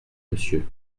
monsieur